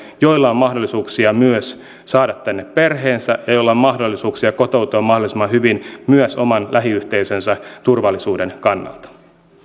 joilla on mahdollisuuksia myös saada tänne perheensä ja mahdollisuuksia kotoutua mahdollisimman hyvin myös oman lähiyhteisönsä turvallisuuden kannalta